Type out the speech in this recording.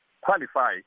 qualify